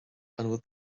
bhfuil